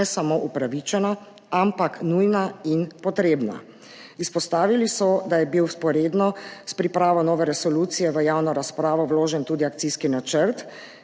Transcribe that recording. ne samo upravičene, ampak nujne in potrebne. Izpostavili so, da je bil vzporedno s pripravo nove resolucije v javno razpravo vložen tudi akcijski načrt,